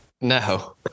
No